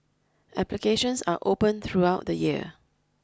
applications are open throughout the year